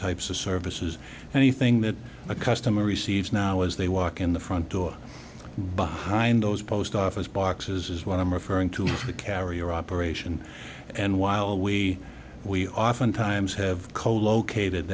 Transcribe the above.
types of services anything that a customer receives now as they walk in the front door behind those post office boxes is what i'm referring to the carrier operation and while we we oftentimes have colocated